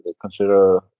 consider